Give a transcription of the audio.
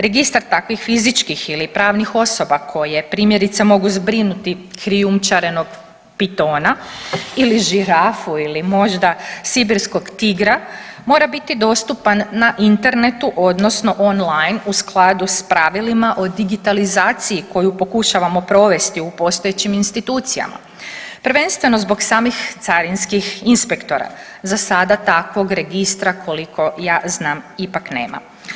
Registar takvih fizičkih ili pravnih osoba koje primjerice mogu zbrinuti krijumčarenog pitona ili žirafu ili možda sibirskog tigra mora biti dostupan na internetu odnosno online u skladu s pravilima o digitalizaciji koju pokušavamo provesti u postojećim institucijama prvenstveno zbog samih carinskih inspektora, za sada takvog registra koliko ja znam ipak nema.